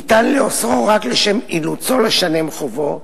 ניתן לאוסרו רק לשם אילוצו לשלם חובו.